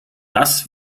das